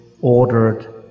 ordered